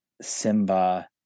Simba